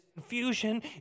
confusion